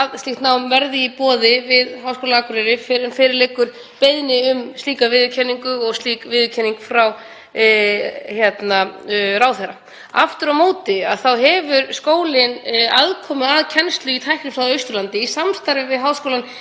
Aftur á móti hefur skólinn aðkomu að kennslu í tæknifræði á Austurlandi í samstarfi við Háskólann í Reykjavík sem nýtur þessarar viðurkenningar og mætti, ef vilji stendur til, koma á slíku samstarfi líka á Akureyri með hraðari hætti, og það er eitthvað sem